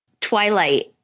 Twilight